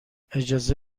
اجازه